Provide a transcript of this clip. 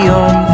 on